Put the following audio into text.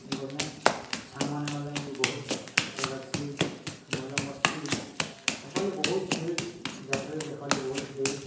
ଗଲେ ସାଙ୍ଗ୍ମାନେ ଗଲେ ବି ବହୁତ୍ ଉଷଧ୍ ଲାଗ୍ସି ମଜା ମସ୍ତି ଦେଖ୍ବାରଲାଗି ବହୁତ୍ ଭିଡ଼୍ ଯାତ୍ରାରେ ବି ଦେଖ୍ବାରଲାଗି ବହୁତ୍ ଭିଡ଼୍